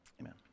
Amen